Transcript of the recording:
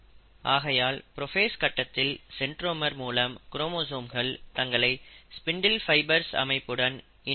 ஆகையால் புரோஃபேஸ் கட்டத்தில் சென்ட்ரோமர் மூலம் குரோமோசோம்கள் தங்களை ஸ்பிண்டில் ஃபைபர்ஸ் அமைப்புடன் இணைந்து இருக்கும்